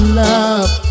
love